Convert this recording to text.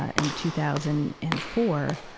ah, in two thousand and four,